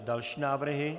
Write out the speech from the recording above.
Další návrhy.